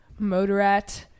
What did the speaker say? motorat